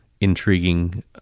intriguing